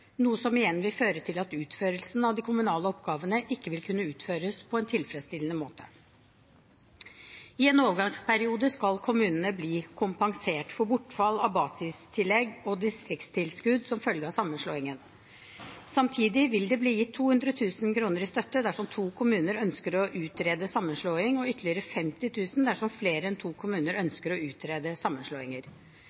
noe som igjen vil føre til at utførelsen av de kommunale oppgavene ikke vil kunne gjøres på en tilfredsstillende måte. I en overgangsperiode skal kommunene bli kompensert for bortfall av basistillegg og distriktstilskudd som følge av sammenslåingen. Samtidig vil det bli gitt 200 000 kr i støtte dersom to kommuner ønsker å utrede sammenslåing, og ytterligere 50 000 kr dersom flere enn to kommuner